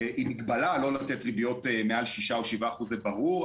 עם מגבלה, לא לתת ריביות מעל 6% או 7%. זה ברור.